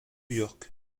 york